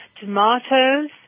tomatoes